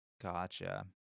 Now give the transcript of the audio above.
Gotcha